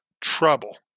trouble